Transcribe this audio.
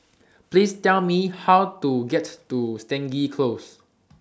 Please Tell Me How to get to Stangee Close